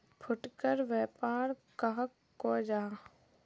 फुटकर व्यापार कहाक को जाहा?